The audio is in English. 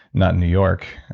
not in new york,